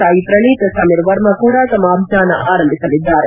ಸಾಯಿ ಪ್ರಣೀತ್ ಸಮೀರ್ ವರ್ಮಾ ಕೂಡ ತಮ್ಮ ಅಭಿಯಾನ ಆರಂಭಿಸಲಿದ್ದಾರೆ